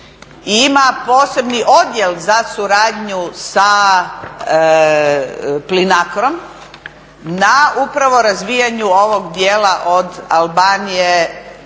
ima posebni odjel za suradnju sa PLINACRO-m na upravo razvijanju ovog dijela od Albanije